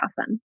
awesome